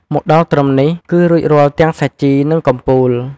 មកដល់ត្រឹមនេះ គឺរួចរាល់ទាំងសាជី និងកំពូល។